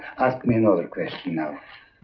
me another question now.